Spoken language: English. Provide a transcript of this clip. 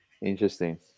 Interesting